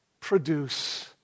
produce